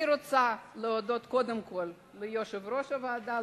אני רוצה להודות קודם כול ליושב-ראש הוועדה,